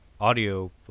audio